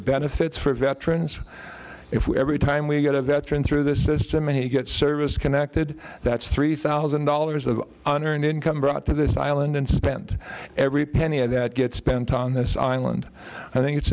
benefits for veterans if we every time we get a veteran through the system and he gets service connected that's three thousand dollars of unearned income brought to this island and spent every penny of that gets spent on this island i think it's